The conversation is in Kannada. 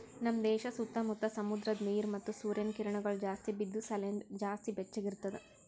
ನಮ್ ದೇಶ ಸುತ್ತಾ ಮುತ್ತಾ ಸಮುದ್ರದ ನೀರ ಮತ್ತ ಸೂರ್ಯನ ಕಿರಣಗೊಳ್ ಜಾಸ್ತಿ ಬಿದ್ದು ಸಲೆಂದ್ ಜಾಸ್ತಿ ಬೆಚ್ಚಗ ಇರ್ತದ